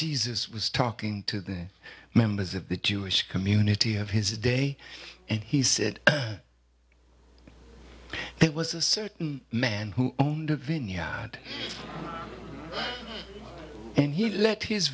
jesus was talking to the members of the jewish community of his day and he said there was a certain man who owned a vineyard and he let his